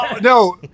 no